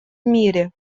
мире